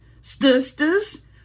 sisters